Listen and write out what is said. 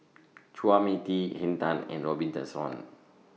Chua Mia Tee Henn Tan and Robin Tessensohn